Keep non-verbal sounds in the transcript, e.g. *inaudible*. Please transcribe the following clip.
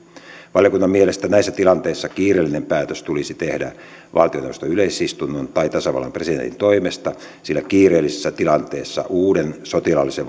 valiokunnan mielestä näissä tilanteissa kiireellinen päätös tulisi tehdä valtioneuvoston yleisistunnon tai tasavallan presidentin toimesta sillä kiireellisessä tilanteessa uuden sotilaalliseen *unintelligible*